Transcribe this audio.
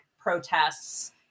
protests